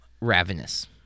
ravenous